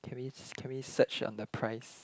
can we can we search on the price